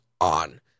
on